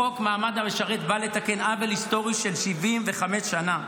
חוק מעמד המשרת בא לתקן עוול היסטורי של 75 שנים,